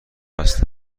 است